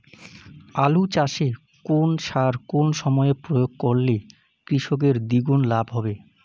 আলু চাষে কোন সার কোন সময়ে প্রয়োগ করলে কৃষকের দ্বিগুণ লাভ হবে?